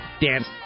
Dance